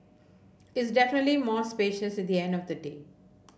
it's definitely more spacious the end of the day